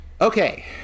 Okay